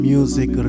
Music